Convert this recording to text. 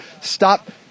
Stop